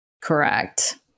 Correct